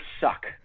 suck